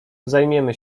zajmiemy